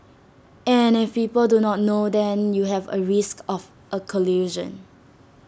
and if people do not know then you have A risk of A collision